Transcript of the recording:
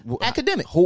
academic